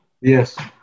Yes